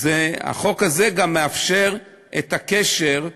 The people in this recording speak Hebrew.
החוק הזה גם מאפשר את הקשר.